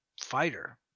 fighter